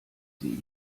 sie